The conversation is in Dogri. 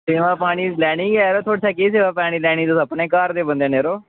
सेवा पानी लैनी गै ऐ थुआढ़े शा केह् सेवा लैनी तुस अपने घर दे बंदे ओ